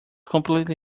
completely